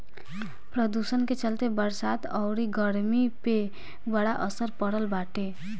प्रदुषण के चलते बरसात अउरी गरमी पे बड़ा असर पड़ल बाटे